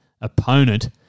opponent